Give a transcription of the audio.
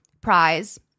prize